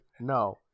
No